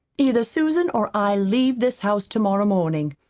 either susan or i leave this house tomorrow morning.